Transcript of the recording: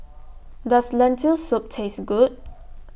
Does Lentil Soup Taste Good